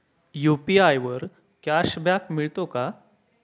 UPI वर cashback मिळतो का?